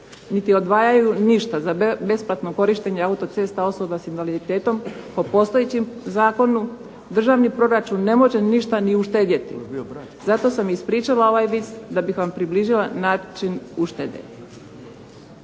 niti odvajaju ništa za besplatno korištenje autocesta osoba s invaliditetom, po postojećem Zakonu državni proračun ne može ništa ni uštedjeti. Zato sam ispričala ovaj vic da bih vam približila način uštede.